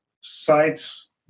sites